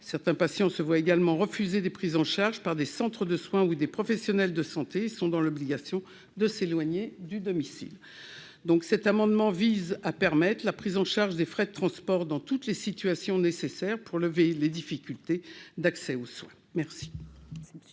Certains patients se voient également refuser des prises en charge par des centres de soins ou des professionnels de santé et sont dans l'obligation de s'éloigner de leur domicile. Cet amendement vise donc à permettre la prise en charge des frais de transport dans toutes les situations nécessaires, afin de lever les difficultés d'accès aux soins. Quel est l'avis